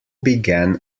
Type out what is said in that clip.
began